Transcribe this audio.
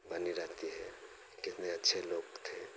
बनी रहती है कितने अच्छे लोग थे